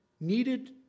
needed